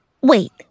Wait